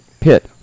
pit